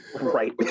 Right